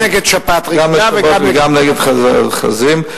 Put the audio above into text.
גם נגד שפעת רגילה וגם נגד שפעת החזירים.